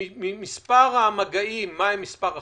ממספר המגעים, מהם מספר החולים?